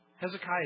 Hezekiah